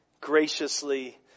Graciously